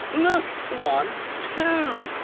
look, one, two.